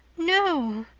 no.